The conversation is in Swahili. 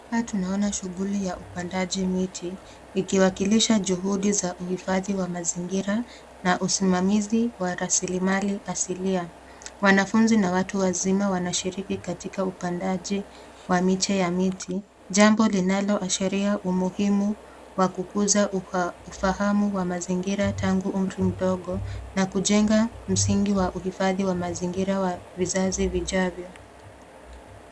Hapa tunaona shughuli ya upandaji miti ikiwakilisha juhudi za uhifadhi wa mazingira na usimamizi wa rasilimali asilia. Wanafunzi na watu wazima waanshiriki katika upandaji wa miche ya miti. Jambo linaloashiria umuhimu wa kukuuza ufahamu wa mazingira tangu umri mdogo na kujenga msingi wa uhifadhi wa mazingira wa vizazi vijavyo.